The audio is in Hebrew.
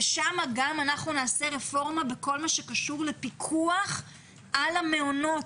שם אנחנו נעשה רפורמה בכל מה שקשור לפיקוח על המעונות,